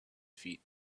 feet